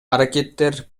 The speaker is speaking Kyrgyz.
аракеттер